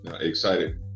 excited